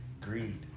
greed